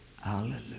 Hallelujah